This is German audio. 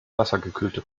wassergekühlte